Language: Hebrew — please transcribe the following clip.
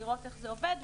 לראות איך זה עובד,